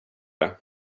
det